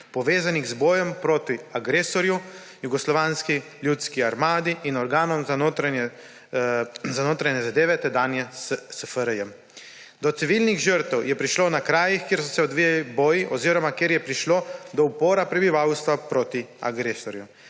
povezanih z bojem proti agresorju ‒ Jugoslovanski ljudski armadi in organom za notranje zadeve tedanje SFRJ. Do civilih žrtev je prišlo na krajih, kjer so se odvijali boji oziroma kjer je prišlo do upora prebivalstva proti agresorju.